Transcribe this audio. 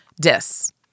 Dis